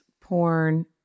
porn